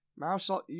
Marisol